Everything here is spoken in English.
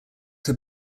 have